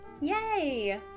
Yay